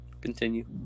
Continue